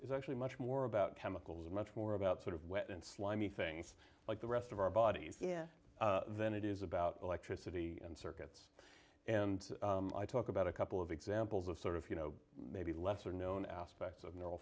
is actually much more about chemicals and much more about sort of wet and slimy things like the rest of our bodies than it is about electricity and circuits and i talk about a couple of examples of sort of you know maybe lesser known aspects of n